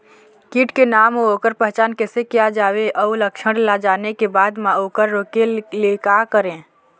कीट के नाम अउ ओकर पहचान कैसे किया जावे अउ लक्षण ला जाने के बाद मा ओकर रोके ले का करें?